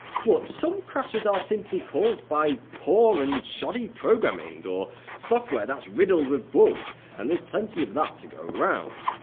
but some crashes are simply caused by poor and shoddy programming, or software that's riddled with bugs, and there's plenty of that to go around.